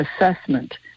assessment